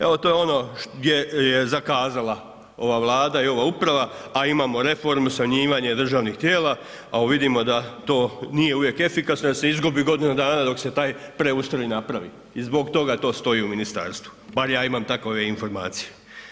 Evo to je ono gdje je zakazala ova Vlada i ova uprava, a imamo reformu smanjivanja državnih tijela, a vidimo da to nije uvijek efikasno jer se izgubi godinu dana dok se taj preustroj i napravi i zbog toga to stoji u ministarstvu, bar ja imam takove informacije.